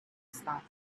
stopped